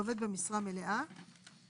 לעובד הסעדה שמועסק 6 ימים בשבוע (באחוזים/שקלים חדשים)